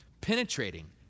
penetrating